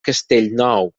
castellnou